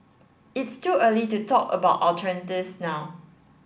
it's too early to talk about alternatives now